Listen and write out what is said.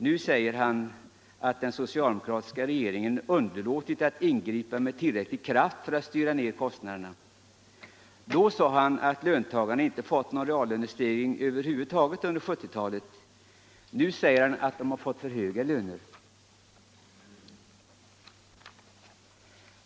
Nu säger han att den socialdemokratiska regeringen underlåtit att ingripa med tillräcklig kraft för att styra ned kostnaderna. Då sade han att löntagarna inte fått någon reallönestegring över huvud taget under 1970-talet. Nu säger han att vi har fått för höga löner.